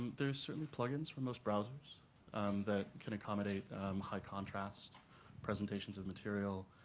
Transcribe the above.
there are certain plug-ins for most browsers that can accommodate high contrast presentations of material.